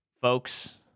folks